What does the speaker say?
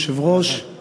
אדוני היושב-ראש, תודה,